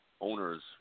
owners